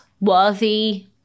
worthy